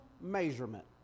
measurement